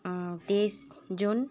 তেইছ জুন